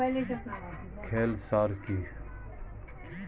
খৈল সার কি?